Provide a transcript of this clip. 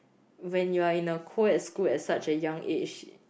when you are in a co ed school at such a young age